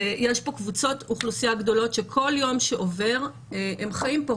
יש פה קבוצות אוכלוסייה גדולות שכל יום שעובר הן חיות פה